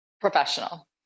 Professional